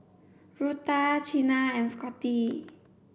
Rutha Chynna and Scotty